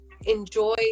enjoy